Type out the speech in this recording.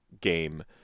game